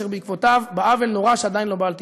אשר בעקבותיו בא עוול נורא שעדיין לא בא על תיקונו.